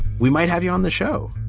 we might have you on the show.